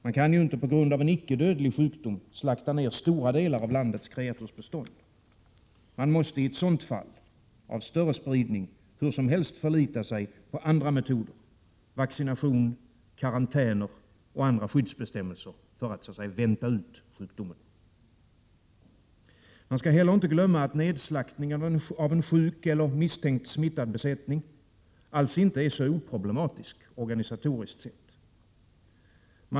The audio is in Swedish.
Man kan ju inte på grund av en icke dödlig sjukdom slakta ner stora delar av landets kreatursbestånd. I ett sådant fall av större spridning måste man hur som helst förlita sig på andra metoder, som vaccination, karantäner och andra skyddsbestämmelser, för att ”vänta ut” sjukdomen. Vi skall inte heller glömma att nedslaktningen av en sjuk eller misstänkt smittad besättning alls inte är så oproblematisk organisatoriskt sett.